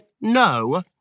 no